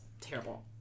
terrible